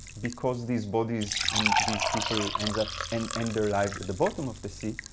because these bodies and these people and and and their lives at the bottom of the sea,